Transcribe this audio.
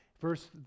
Verse